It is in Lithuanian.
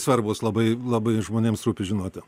svarbūs labai labai žmonėms rūpi žinoti